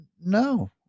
no